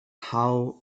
how